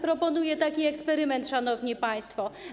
Proponuję taki eksperyment, szanowni państwo.